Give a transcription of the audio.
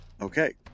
Okay